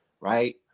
right